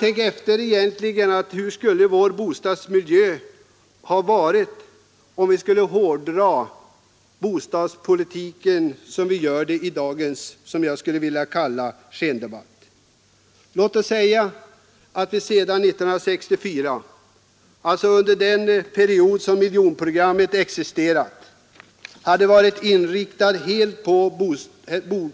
Hurdan skulle vår bostadsmiljö i dag ha varit om vi skulle hårdra konsekvenserna av dagens skendebatt? Låt oss säga att bostadsproduktionen sedan 1964 — under den period som miljonprogrammet existerat — varit helt inriktad på